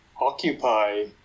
occupy